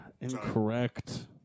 Incorrect